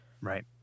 Right